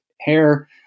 hair